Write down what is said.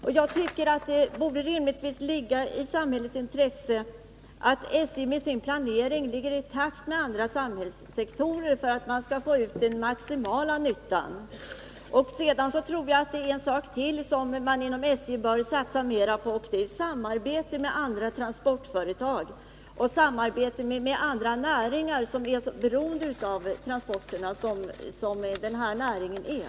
Och jag tycker att det rimligtvis borde ligga i samhällets intresse att SJ med sin planering ligger i takt med andra samhällssektorer, så att man kan få ut maximal nytta. Jag tror också att SJ bör satsa mer på samarbete med andra transportföretag och med andra näringar som är lika beroende av transporterna som denna näring är.